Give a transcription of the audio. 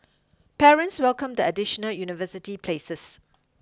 parents welcomed the additional university places